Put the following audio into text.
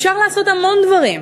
אפשר לעשות המון דברים,